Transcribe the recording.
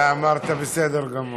לא, אמרת בסדר גמור.